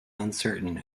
uncertain